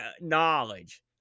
knowledge